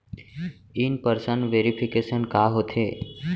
In person verification का होथे?